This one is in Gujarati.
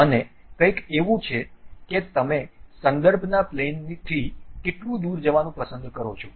અને કંઈક એવું છે કે તમે સંદર્ભના પ્લેનથી કેટલું દૂર જવાનું પસંદ કરો છો